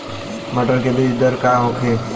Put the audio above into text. मटर के बीज दर का होखे?